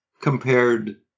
compared